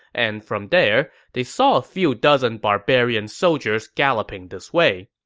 and from there, they saw a few dozen barbarian soldiers galloping this way.